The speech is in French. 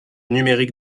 numérique